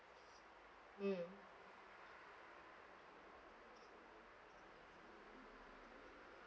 mm